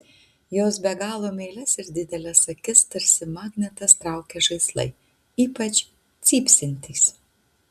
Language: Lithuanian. jos be galo meilias ir dideles akis tarsi magnetas traukia žaislai ypač cypsintys